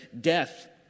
death